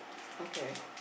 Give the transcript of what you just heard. okay